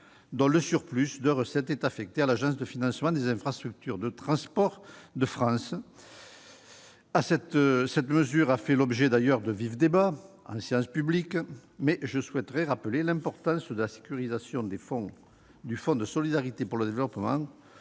et le surplus de recettes affecté à l'Agence de financement des infrastructures de transport de France (Afitf). Cette mesure a fait l'objet de vifs débats en séance publique, mais je tiens à rappeler l'importance de la sécurisation des ressources du Fonds de solidarité pour le développement